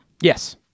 Yes